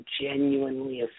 genuinely